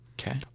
Okay